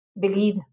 Believe